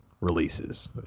releases